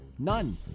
None